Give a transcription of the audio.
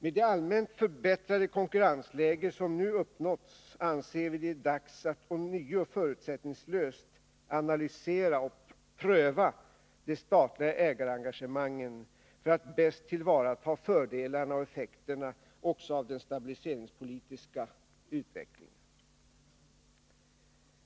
Med det allmänt förbättrade konkurrensläge som nu uppnåtts anser vi det dags att ånyo förutsättningslöst analysera och pröva de statliga ägarengagemangen för att bäst tillvarata fördelarna och effekterna också av den stabiliseringspolitiska utvecklingen.